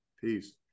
Peace